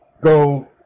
go